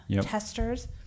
testers